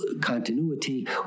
continuity